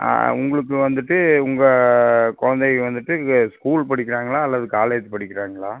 ஆ உங்களுக்கு வந்துவிட்டு உங்கள் குழந்தைக்கி வந்துவிட்டு இங்கே ஸ்கூல் படிக்கிறாங்களா அல்லது காலேஜ் படிக்கிறாங்களா